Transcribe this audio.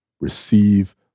receive